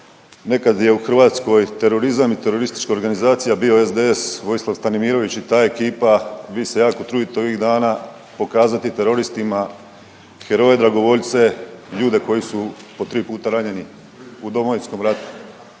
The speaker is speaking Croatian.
Nekad je u Hrvatskoj terorizam i teroristička organizacija bio SDS Vojislav Stanimirović i ta ekipa, vi se jako trudite ovih dana pokazati teroristima heroje dragovoljce, ljude koji su po tri puta ranjeni u Domovinskom ratu,